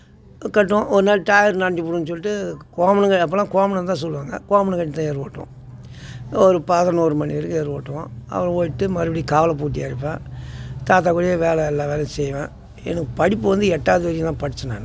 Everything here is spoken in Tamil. கட்டுவோம் ஒரு நாள் டிராயர் நெனைஞ்சி போயிடும்னு சொல்லிட்டு கோவணம் க அப்போலாம் கோவணம் தான் சொல்லுவாங்க கோவணம் கட்டி தான் ஏர் ஓட்டுவோம் ஒரு பதினோரு மணி வரைக்கும் ஏர் ஓட்டுவோம் அப்புறம் ஓட்டிட்டு மறுபடியும் காளை பூட்டி இழுப்பேன் தாத்தா கூடயே வேலை எல்லா வேலையும் செய்வேன் எனக்கு படிப்பு வந்து எட்டாவது வரைக்கும் தான் படிச்சேன் நான்